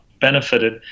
benefited